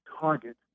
target